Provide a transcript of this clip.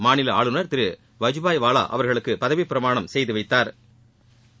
மாநில ஆளுநர் திரு வஜூபாய் வாலா அவர்களுக்கு பதவிப்பிரமாணம் செய்து வைத்தாா்